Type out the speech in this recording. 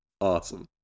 Awesome